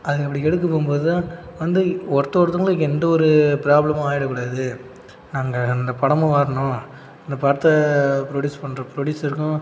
அது அப்படி எடுக்க போகும்போது தான் வந்து ஒருத்த ஒருத்தவர்களுக்கு எந்த ஒரு ப்ராப்ளமும் ஆகிடக்கூடாது நாங்கள் அந்த படமும் வரணும் அந்த படத்தை ப்ரொடியூஸ் பண்ணுற ப்ரொடியூசருக்கும்